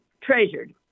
treasured